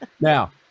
Now